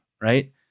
right